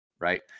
right